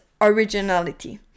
originality